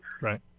right